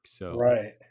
Right